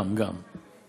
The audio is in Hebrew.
גם, גם.